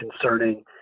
concerning